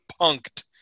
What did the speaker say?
punked